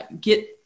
get